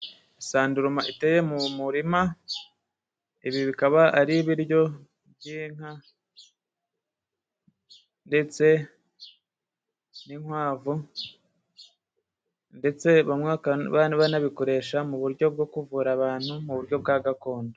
Sanduruma iteye mu murima. Ibi bikaba ari ibiryo by'inka ndetse n'inkwavu. Ndetse banabikoresha mu buryo bwo kuvura abantu, mu buryo bwa gakondo.